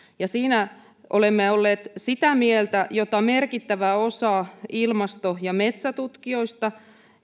siinä olemme olleet sitä mieltä jota on merkittävä osa ilmasto ja metsätutkijoista